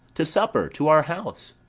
to supper, to our house.